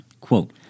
Quote